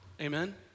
Amen